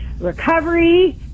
recovery